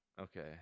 Okay